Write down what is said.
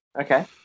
Okay